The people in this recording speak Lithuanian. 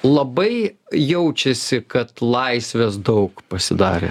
labai jaučiasi kad laisvės daug pasidarė